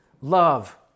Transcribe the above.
love